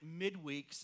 midweeks